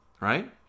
Right